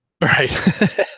Right